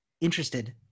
interested